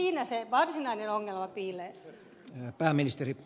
siinä se varsinainen ongelma piilee